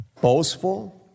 boastful